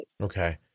Okay